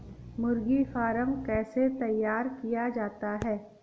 मुर्गी फार्म कैसे तैयार किया जाता है?